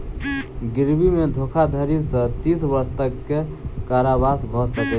गिरवी मे धोखाधड़ी सॅ तीस वर्ष तक के कारावास भ सकै छै